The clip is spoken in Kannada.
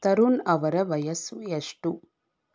ತರುಣ್ ಅವರ ವಯಸ್ಸು ಎಷ್ಟು